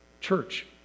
church